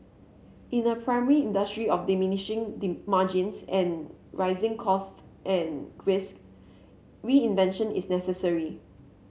in a primary industry of diminishing margins and rising costs and risks reinvention is necessary